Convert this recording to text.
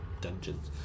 dungeons